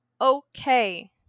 okay